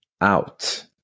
out